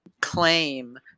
claim